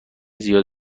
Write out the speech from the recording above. زیاد